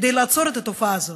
כדי לעצור את התופעה הזאת,